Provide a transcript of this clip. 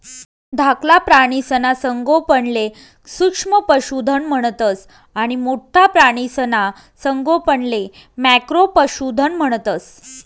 धाकला प्राणीसना संगोपनले सूक्ष्म पशुधन म्हणतंस आणि मोठ्ठा प्राणीसना संगोपनले मॅक्रो पशुधन म्हणतंस